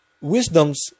wisdoms